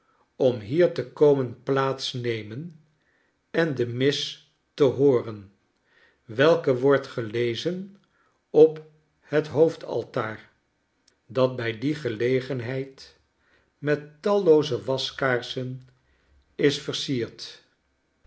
om hier te komen plaats nemen en de mis te hooren welke wordt gelezen op het hoofdaltaar dat bij die gelegenheid met tallooze waskaarsen is versierd